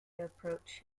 approach